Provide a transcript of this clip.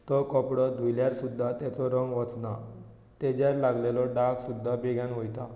तो कपडो धुयल्यार सुद्दां तेचो रंग वचना तेचेर लागलेले धाग सुद्दां बेगीन वयता